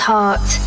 Heart